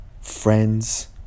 friends